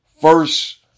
first